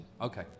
Okay